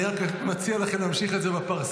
אני רק מציע לכם להמשיך את זה בפרסה.